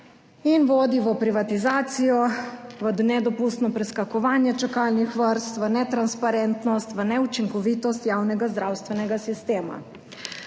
in vodi v privatizacijo, v nedopustno preskakovanje čakalnih vrst, v netransparentnost, v neučinkovitost javnega zdravstvenega sistema.